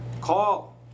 Call